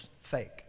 fake